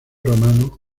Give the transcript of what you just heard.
romano